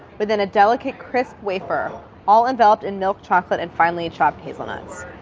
but then a delicate, crisp wafer all enveloped in milk chocolate and finally chopped hazelnuts.